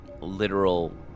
literal